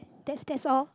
that's that's all